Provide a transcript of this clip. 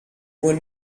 one